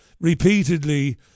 repeatedly